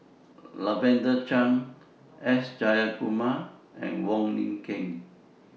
Lavender Chang S Jayakumar and Wong Lin Ken